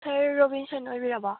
sir Robinson ꯑꯣꯏꯕꯤꯔꯕꯣ